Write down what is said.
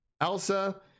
Elsa